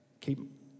Keep